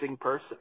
person